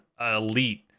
elite